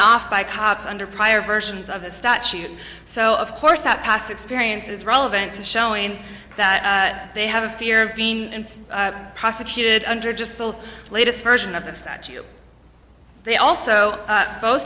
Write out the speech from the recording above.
off by cops under prior versions of the statute so of course that past experience is relevant to showing that they have a fear of being prosecuted under just the latest version of the statue they also both